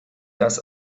das